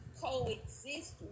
coexist